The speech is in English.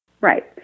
Right